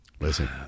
listen